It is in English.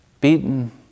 beaten